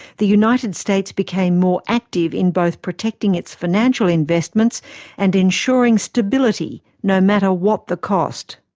the united states became more active in both protecting its financial investments and ensuring stability, no matter what the cost.